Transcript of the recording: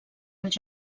als